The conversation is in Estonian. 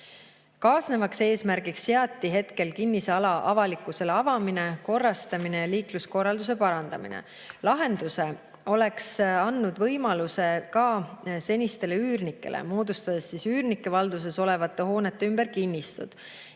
Kaasnevaks eesmärgiks seati hetkel kinnisala avalikkusele avamine, korrastamine ja liikluskorralduse parandamine. Lahendus oleks andnud võimaluse ka senistele üürnikele, kui üürnike valduses olevate hoonete ümber oleks